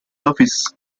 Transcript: offices